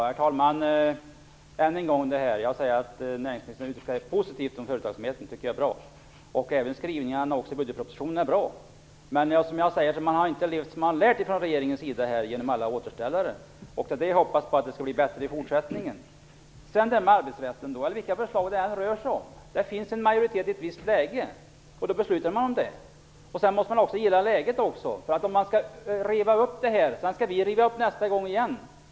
Herr talman! Jag vill än en gång säga att jag tycker att det är bra att näringsministern uttalar sig positivt om företagsamheten. Även hans skrivningar i budgetpropositionen är bra. Men man har, som jag sagt, från regeringens sida inte levt som man lärt när man gjort alla sina återställare. Jag hoppas att det skall bli en bättring i fortsättningen. Beträffande arbetsrätten vill jag säga att det är lika vilket förslag det än rör sig om: Om det i ett visst läge finns majoritet för ett förslag, beslutar vi om det. Sedan måste man gilla läget. Om man river upp beslutet, måste vi i vår tur riva upp det ställningstagandet igen.